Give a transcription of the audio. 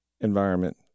environment